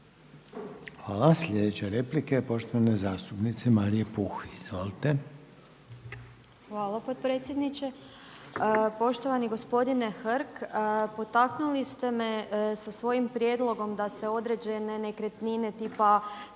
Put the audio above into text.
Hvala. Sljedeća replika je poštovane zastupnice Marije Puh. Izvolite. **Puh, Marija (HNS)** Hvala potpredsjedniče. Poštovani gospodine Hrg potaknuli ste me sa svojim prijedlogom da se određene nekretnine tipa